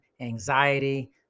anxiety